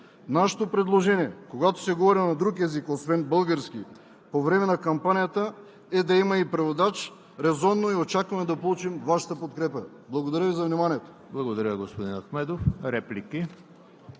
Нашето предложение, когато се говори на друг език, освен български по време на кампанията, е да има и преводач, резонно, и очакваме да получим Вашата подкрепа. Благодаря Ви за вниманието.